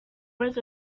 was